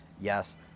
Yes